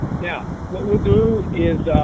now, what we'll do is